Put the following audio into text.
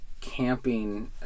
camping